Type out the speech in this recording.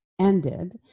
ended